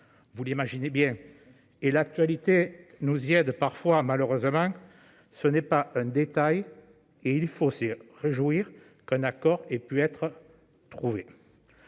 Vous l'imaginez bien- l'actualité nous y aide malheureusement parfois -, ce n'est pas un détail et il faut se réjouir qu'un accord ait pu être trouvé